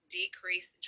decrease